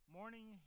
Morning